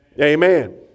Amen